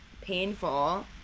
painful